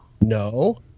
No